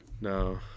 no